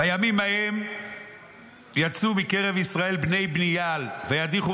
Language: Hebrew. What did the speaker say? "בימים ההם יצאו מקרב ישראל בני בלייעל וידיחו